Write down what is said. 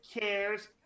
cares